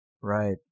Right